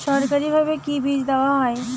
সরকারিভাবে কি বীজ দেওয়া হয়?